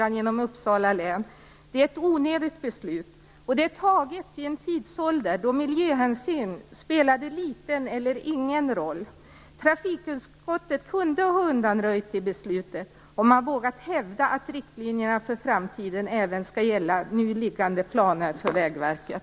Uppsala län är ett onödigt beslut. Det är fattat i en tid då miljöhänsyn spelade liten eller ingen roll. Trafikutskottet kunde ha undanröjt det beslutet om man vågat hävda att riktlinjerna för framtiden även skall gälla nu liggande planer för Vägverket.